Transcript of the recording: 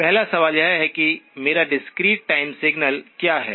पहला सवाल यह है कि मेरा डिस्क्रीट टाइम सिग्नल क्या है